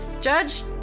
Judge